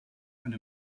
eine